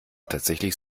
tatsächlich